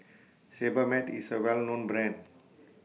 Sebamed IS A Well known Brand